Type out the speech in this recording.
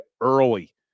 early